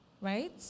right